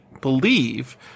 believe